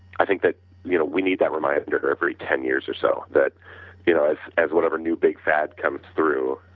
i think that you know we need that reminder every ten years or so that you know as as whatever new big fat comes through,